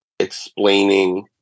explaining